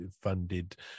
funded